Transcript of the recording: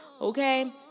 okay